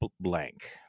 blank